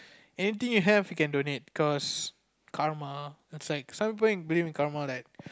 anything you have you can donate cause karma is like so many people believe in karma like